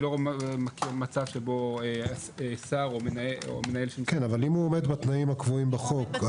אבל אם הוא עומד בתנאים הקבועים בחוק,